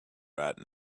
rat